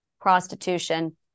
prostitution